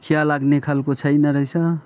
खिया लाग्ने खालको छैन रहेछ